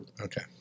okay